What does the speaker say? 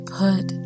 put